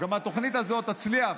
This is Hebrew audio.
התוכנית הזאת גם תצליח.